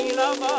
love